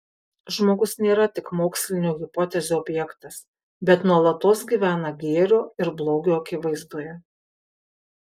žmogus nėra tik mokslinių hipotezių objektas bet nuolatos gyvena gėrio ir blogio akivaizdoje